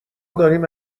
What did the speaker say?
داریم